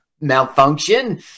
malfunction